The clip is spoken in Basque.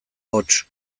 hots